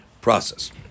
process